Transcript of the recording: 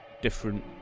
different